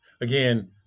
Again